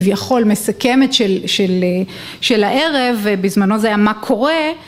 כביכול מסכמת של הערב, בזמנו זה היה מה קורה.